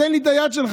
תן לי את היד שלך.